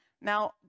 Now